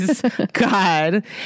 God